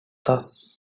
thus